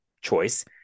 choice